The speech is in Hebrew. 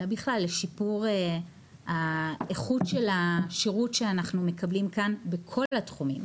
אלא בכלל לשיפור האיכות של השירות שאנחנו מקבלים כאן בכל התחומים,